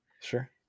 Sure